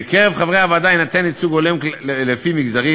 בקרב חברי הוועדה יינתן ייצוג הולם לפי מגזרים,